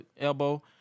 elbow